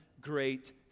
great